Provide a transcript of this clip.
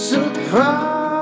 Surprise